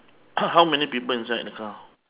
how many people inside the car